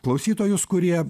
klausytojus kurie